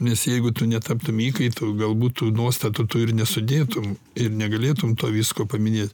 nes jeigu tu netaptum įkaitu galbūt tų nuostatų tu ir nesudėtum ir negalėtum to visko paminė